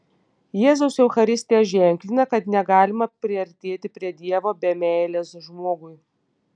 jėzaus eucharistija ženklina kad negalima priartėti prie dievo be meilės žmogui